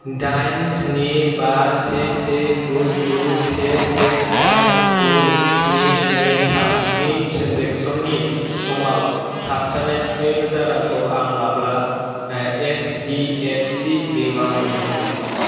डाइन स्नि बा से से गु गु से से डाइन गु स्नि नै थाम नि ट्रेन्जेकसननि समाव थाबथानाय स्नि रोजा रांखौ आं माब्ला एच डि एफ सि बेंकआव मोनफिनगोन